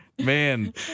Man